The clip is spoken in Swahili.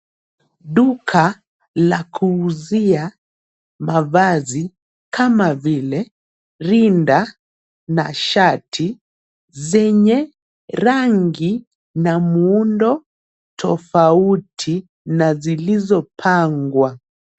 Duka la kuuzia mavazi kama vile rinda na shati zenye rangi na muundo tofauti na zilizopangwa.